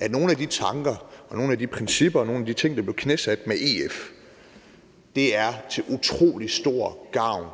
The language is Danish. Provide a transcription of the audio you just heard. at nogle af de tanker, nogle af de principper, nogle af de ting, der blev knæsat med EF, er til utrolig stor gavn